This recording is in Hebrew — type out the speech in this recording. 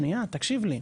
תקשיב לי.